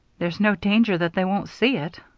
there's no danger that they won't see it.